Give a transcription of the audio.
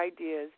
ideas